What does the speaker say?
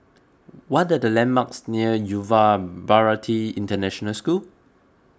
what are the landmarks near Yuva Bharati International School